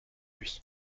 lui